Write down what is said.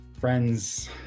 friends